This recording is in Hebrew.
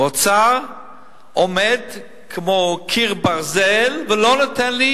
והאוצר עומד כמו קיר ברזל ולא נותן לי